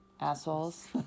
Assholes